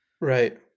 Right